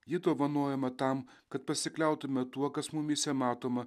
ji dovanojama tam kad pasikliautume tuo kas mumyse matoma